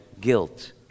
guilt